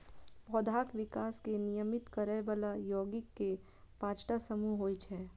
पौधाक विकास कें नियमित करै बला यौगिक के पांच टा समूह होइ छै